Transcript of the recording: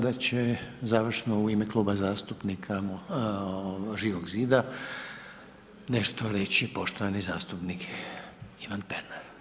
Sada će završno u ime Kluba zastupnika Živog zida nešto reći poštovani zastupnik Ivan Pernar.